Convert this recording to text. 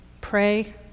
Pray